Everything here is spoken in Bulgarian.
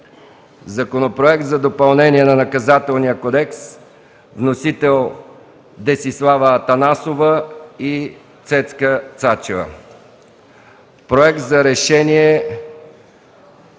Законопроект за допълнение на Наказателния кодекс, вносители – Десислава Атанасова и Цецка Цачева.